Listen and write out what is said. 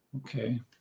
Okay